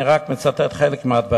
אני מצטט רק חלק מהדברים.